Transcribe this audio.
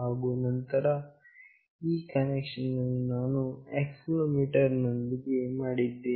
ಹಾಗು ಈ ಕನೆಕ್ಷನ್ ಅನ್ನು ನಾನು ಆಕ್ಸೆಲೆರೋಮೀಟರ್ ನೊಂದಿಗೆ ಮಾಡಿದ್ದೇನೆ